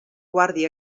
guardi